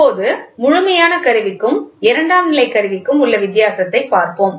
இப்போது முழுமையான கருவிக்கும் இரண்டாம் நிலை கருவிக்கும் உள்ள வித்தியாசத்தைப் பார்ப்போம்